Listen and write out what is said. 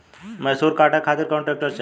मैसूर काटे खातिर कौन ट्रैक्टर चाहीं?